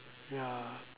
ya